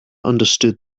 understood